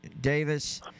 Davis